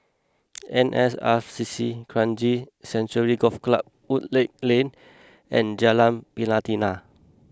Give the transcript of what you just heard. N S R C C Kranji Sanctuary Golf Club Woodleigh Lane and Jalan Pelatina